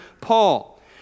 Paul